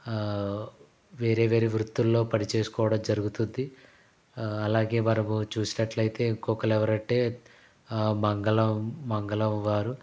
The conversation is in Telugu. వేరే వేరే వృత్తుల్లో పని చేసుకోవడం జరుగుతుంది అలాగే మనము చూసినట్లయితే ఇంకోకలు ఎవరంటే మంగలి మంగలి వారు